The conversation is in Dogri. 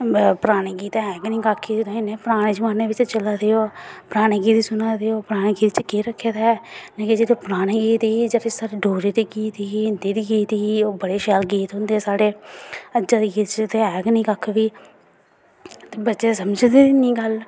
पराने गीत ऐ बी कक्ख निं तुस पराने जमानै च चला दे ओ पराने गीत सुना दे ओ पराने गीत च केह् रक्खे दा ऐ एह् जेह्ड़े पराने गीत एह् साढ़े डोगरी दे गीत होंदे एह् बड़े शैल गीत होंदे साढ़े अज्जै दे गीत सुनगे नी एह् कक्ख निं बच्चे समझदे निं गल्ल